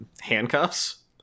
handcuffs